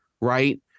Right